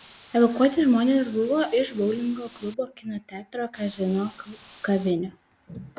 evakuoti žmonės buvo iš boulingo klubo kino teatro kazino kavinių